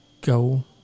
go